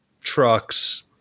trucks